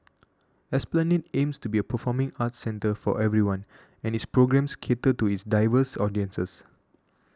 esplanade aims to be a performing arts centre for everyone and its programmes cater to its diverse audiences